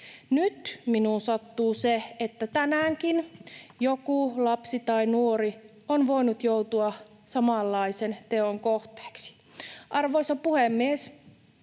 Nyt minuun sattuu se, että tänäänkin joku lapsi tai nuori on voinut joutua samanlaisen teon kohteeksi. Arvoisa puhemies!